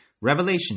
Revelation